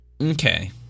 Okay